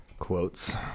quotes